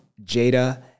Jada